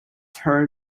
her